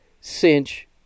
cinch